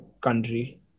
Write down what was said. country